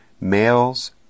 males